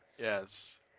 yes